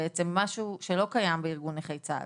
משהו שלא קיים בארגון נכי צה"ל.